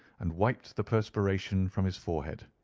and wiped the perspiration from his forehead.